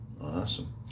Awesome